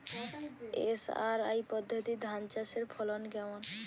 SRI পদ্ধতি ধান চাষের ফলন কেমন?